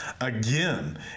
again